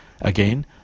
Again